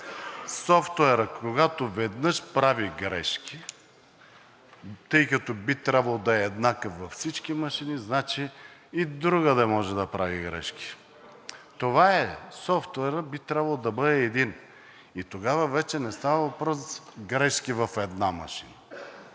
софтуерът веднъж прави грешки, тъй като би трябвало да е еднакъв във всички машини, значи и другаде може да прави грешки. Това е – софтуерът трябва да бъде един. Тогава не става въпрос за грешки в една машина.